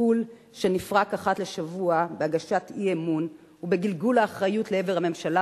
תסכול שנפרק אחת לשבוע בהגשת אי-אמון ובגלגול האחריות לעבר הממשלה